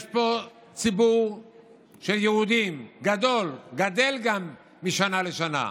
יש פה ציבור גדול של יהודים, שגם גדל משנה לשנה.